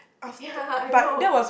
ya I know